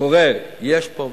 קורה, יש פה ושם.